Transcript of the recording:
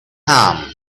home